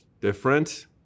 different